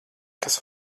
kas